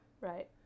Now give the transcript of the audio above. Right